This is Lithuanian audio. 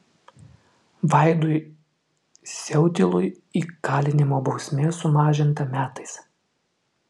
vaidui siautilui įkalinimo bausmė sumažinta metais